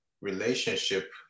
relationship